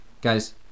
Guys